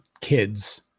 kids